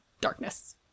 darkness